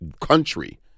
country